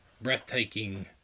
breathtaking